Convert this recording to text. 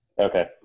Okay